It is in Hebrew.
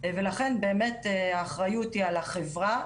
ולכן באמת האחריות היא על החברה,